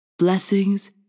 Blessings